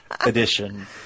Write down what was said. Edition